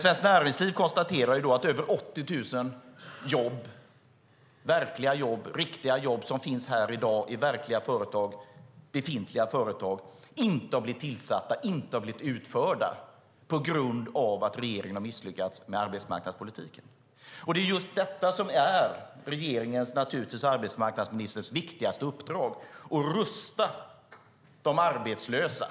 Svenskt Näringsliv konstaterar att över 80 000 verkliga, riktiga jobb som finns här i dag i verkliga, befintliga företag inte har blivit tillsatta och inte utförda på grund av att regeringen har misslyckats med arbetsmarknadspolitiken. Det är just detta som är regeringens och arbetsmarknadsministerns viktigaste uppdrag: att rusta de arbetslösa.